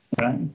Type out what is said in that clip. Right